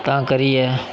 तां करियै